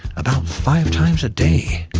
about five times a day